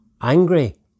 angry